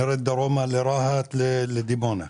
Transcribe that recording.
נרד דרומה לרהט ולדימונה.